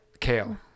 kale